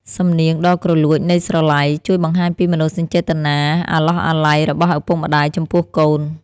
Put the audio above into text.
សំនៀងដ៏គ្រលួចនៃស្រឡៃ ជួយបង្ហាញពីមនោសញ្ចេតនាអាឡោះអាល័យរបស់ឪពុកម្ដាយចំពោះកូន។